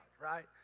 right